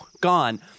gone